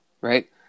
Right